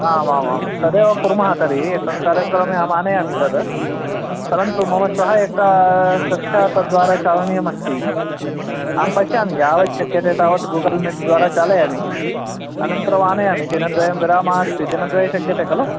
आम् आमां तदेव कुर्मः तर्हि एकं कार्यक्रमे अहम् आनयामि तद् परन्तु मम श्वः एका कक्षा त द्वारा चालनीयास्ति अहं पश्यामि यावत् शक्यते तावत् गूगल् मीट् द्वारा चालयामि अनन्तरम् आनयामि दिनद्वयं विरामः अस्ति दिनद्वये शक्यते खलु